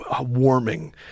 warming